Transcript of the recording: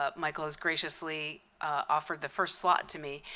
ah michael has graciously offered the first slot to me.